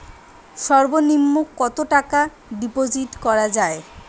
সর্ব নিম্ন কতটাকা ডিপোজিট করা য়ায়?